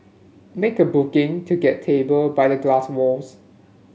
make a booking to get a table by the glass walls